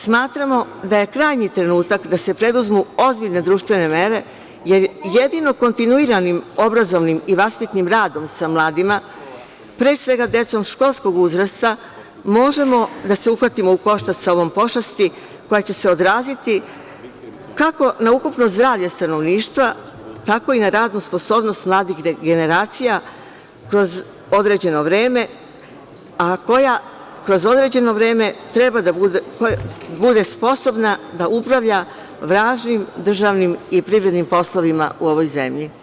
Smatramo da je krajnji trenutak da se preduzmu ozbiljne društvene mere, jer jedino kontinuiranim, obrazovnim i vaspitnim radom sa mladima, pre svega decom školskog uzrasta, možemo da se uhvatimo u koštac sa ovom pošasti koja će se odraziti kako na ukupno zdravlje stanovništva, tako i na radnu sposobnost mladih generacija kroz određeno vreme, a koja kroz određeno vreme treba da bude sposobna da upravlja važnim državnim i privrednim poslovima u ovoj zemlji.